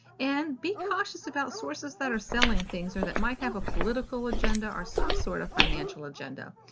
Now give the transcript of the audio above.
and be cautious about sources that are selling things or that might have a political agenda or some sort of financial agenda.